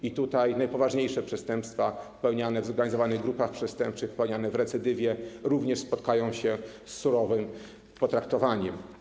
I tutaj najpoważniejsze przestępstwa popełniane w zorganizowanych grupach przestępczych, popełniane w recydywie również spotkają się z surowym traktowaniem.